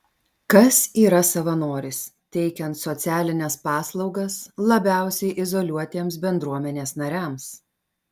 kas yra savanoris teikiant socialines paslaugas labiausiai izoliuotiems bendruomenės nariams